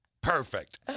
perfect